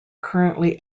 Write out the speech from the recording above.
currently